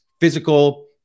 physical